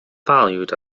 valued